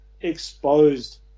exposed